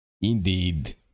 indeed